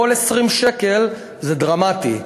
כל 20 שקל זה דרמטי.